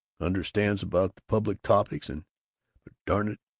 understands about public topics and but, darn it,